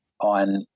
on